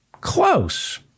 close